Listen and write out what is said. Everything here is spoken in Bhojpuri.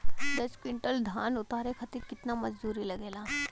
दस क्विंटल धान उतारे खातिर कितना मजदूरी लगे ला?